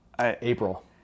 April